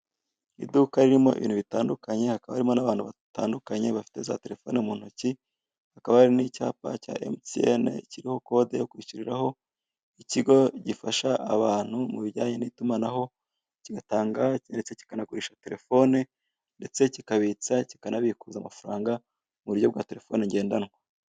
Iduka ririmo ibintu bitandukanye hakaba harimo n'abantu batandukanye bafite za telefone mu ntoki, hakaba hari n'icyapa cya MTN kiriho code yo kwishyiriraho, ikigo gifasha abantu mu bijyanye n'itumanaho, kigatanga ndetse kikanagurisha telefoni ndetse kikabitsa kikanabikuza amafaranga mu buryo bwa telefoni ngendanwa.